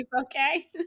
Okay